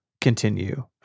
continue